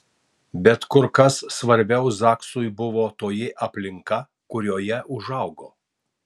bet kur kas svarbiau zaksui buvo toji aplinka kurioje užaugo